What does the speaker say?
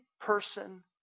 person